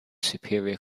superior